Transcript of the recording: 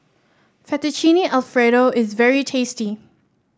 Fettuccine Alfredo is very tasty